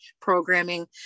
programming